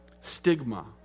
Stigma